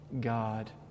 God